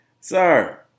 sir